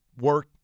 work